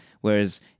Whereas